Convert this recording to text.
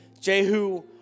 Jehu